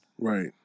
Right